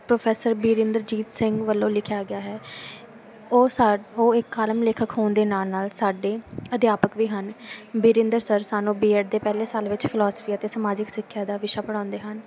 professor Virinderjit Singh ਵੱਲੋਂ ਲਿਖਿਆ ਗਿਆ ਹੈ ਉਹ ਸਾ ਉਹ ਇੱਕ ਆਲਮ ਲੇਖਕ ਹੋਣ ਦੇ ਨਾਲ ਨਾਲ ਸਾਡੇ ਅਧਿਆਪਕ ਵੀ ਹਨ ਵਰਿੰਦਰ ਸਰ ਸਾਨੂੰ ਬੀਐਡ ਦੇ ਪਹਿਲੇ ਸਾਲ ਵਿੱਚ ਫਿਲੋਸਫੀ ਅਤੇ ਸਮਾਜਿਕ ਸਿੱਖਿਆ ਦਾ ਵਿਸ਼ਾ ਪੜ੍ਹਾਉਂਦੇ ਹਨ